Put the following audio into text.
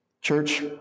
church